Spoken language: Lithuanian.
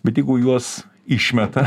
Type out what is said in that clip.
bet jeigu juos išmeta